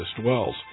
dwells